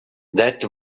that